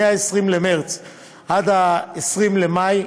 מ-20 במרס עד 20 במאי,